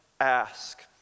ask